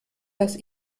das